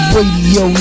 Radio